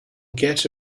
get